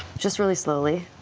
just really slowly,